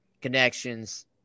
connections